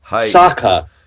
Saka